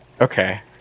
Okay